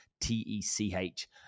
t-e-c-h